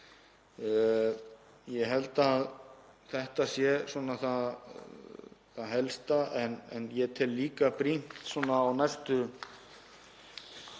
Ég held að þetta sé það helsta en ég tel líka brýnt á næstu